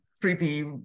creepy